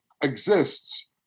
exists